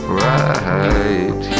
right